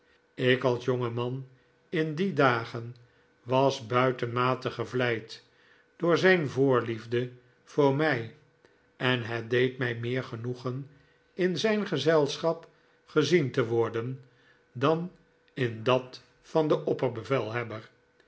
ik als jonge man in die dagen was buitenmate gevleid door zijn voorliefde voor mij en het deed mij meer genoegen in zijn gezelschap gezien te worden dan in dat van den opperbevelhebber